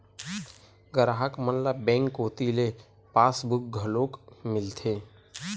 गराहक मन ल बेंक कोती ले पासबुक घलोक मिलथे